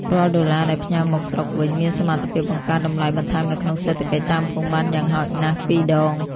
រាល់ដុល្លារដែលផ្ញើមកស្រុកវិញ មានសមត្ថភាពបង្កើតតម្លៃបន្ថែមនៅក្នុងសេដ្ឋកិច្ចតាមភូមិបានយ៉ាងហោចណាស់ពីរដង។